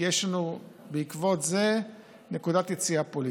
כי יש לנו בעקבות זה נקודת יציאה פוליטית.